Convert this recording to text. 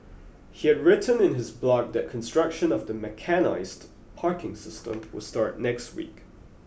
he had written in his blog that construction of the mechanised parking system will start next week